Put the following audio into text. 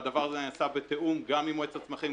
והדבר הזה נעשה בתיאום גם עם מועצת הצמחים,